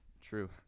True